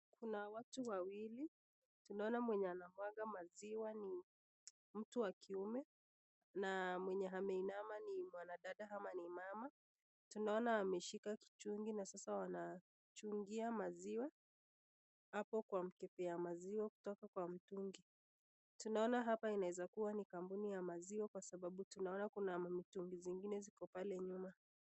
Kuna watu wawili tunaona mwenye anamwaga maziwa ni mtu wa kiume na mwenye ameinama ni mwanadada ama ni mama tunaona ameshika kichungi na sasa wanadungia maziwa hapo kwa mkebe ya maziwa kutoka kwa mtungi. Tunaona hapa inaweza kuwa ni kampuni ya maziwa kwa sababu tunaona kuna mamitungi zingine ziko pale nyuma.